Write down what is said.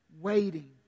waiting